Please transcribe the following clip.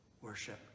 worship